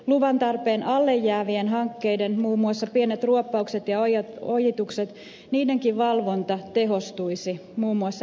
luvan tarpeen alle jäävien hankkeiden muun muassa pienten ruoppausten ja ojitusten valvonta tehostuisi muun muassa ennakkoilmoituksella